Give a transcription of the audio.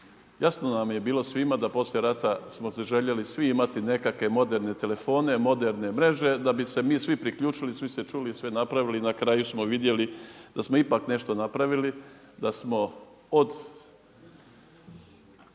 Jasno nam je bilo svima da poslije rata smo si željeli svi imati nekakve moderne telefone, moderne mreže da bi se mi svi priključili, svi se čuli i sve napravili i na kraju smo vidjeli da smo ipak nešto napravili, da smo od